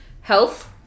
health